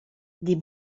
des